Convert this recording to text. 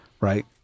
right